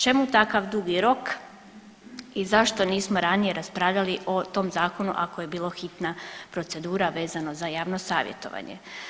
Čemu takav dugi rok i zašto nismo ranije raspravljali o tom Zakonu ako je bilo hitna procedura vezano za javno savjetovanje?